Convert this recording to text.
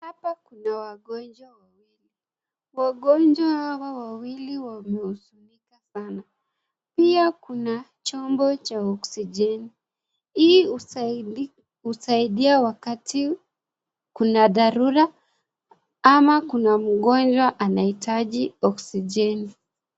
Hapa kuna wagonjwa wawili. Wagonjwa hawa wawili wameumia sana. Pia kuna chombo cha (cs)oxygeni(cs).Hii husaidia wakati kuna dharura ama kuna mgonjwa anahitaji (cs)oxygeni(cs).